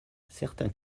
certains